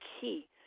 key